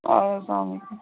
آ سلام علیکُم